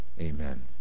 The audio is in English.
Amen